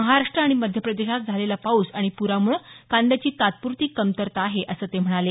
महाराष्ट्र आणि मध्यप्रदेशात झालेला पाऊस आणि पुरामुळे कांद्याची तात्पुरती कमतरता आहे असं ते म्हणाले